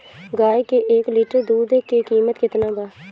गाय के एक लिटर दूध के कीमत केतना बा?